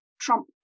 Trump